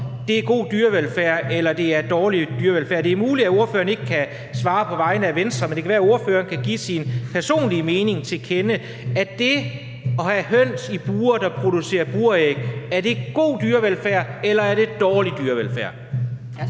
det er god dyrevelfærd, eller om det er dårlig dyrevelfærd. Det er muligt, at ordføreren ikke kan svare på vegne af Venstre, men det kan være, at ordføreren kan give sin personlige mening til kende: Er det at have høns i bure – høns, der producerer buræg – god dyrevelfærd, eller er det dårlig dyrevelfærd?